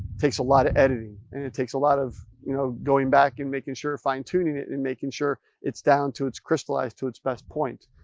takes a lot of editing and it takes a lot of you know going back and making sure fine-tuning it and making sure it's down to its crystallized to its best point.